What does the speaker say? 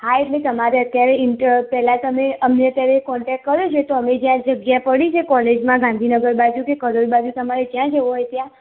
હા એટલે તમારે અત્યારે ઇન્ટરવ્યુ પહેલાં તમે અમને અત્યારે કોન્ટેક્ટ કર્યો છે તો અમે જ્યાં જગ્યા પડી છે કોલેજમાં ગાંધીનગર બાજુ કે કલોલ બાજુ તમારે ત્યાં જવું હોય ત્યાં